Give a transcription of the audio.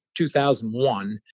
2001